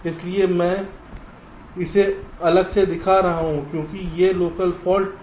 इसलिए मैं इसे अलग से दिखा रहा हूं क्योंकि ये लोकल फाल्ट हैं